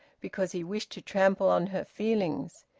because he wished to trample on her feelings.